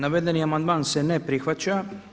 Navedeni amandman se ne prihvaća.